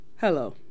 Hello